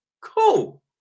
cool